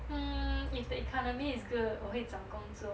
um if the economy is good 我会找工作